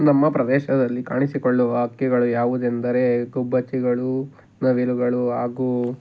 ನಮ್ಮ ಪ್ರದೇಶದಲ್ಲಿ ಕಾಣಿಸಿಕೊಳ್ಳುವ ಹಕ್ಕಿಗಳು ಯಾವುದೆಂದರೆ ಗುಬ್ಬಚ್ಚಿಗಳು ನವಿಲುಗಳು ಹಾಗೂ